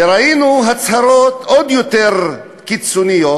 וראינו הצהרות עוד יותר קיצוניות,